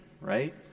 right